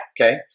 Okay